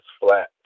flat